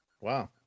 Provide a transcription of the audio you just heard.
Wow